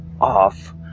off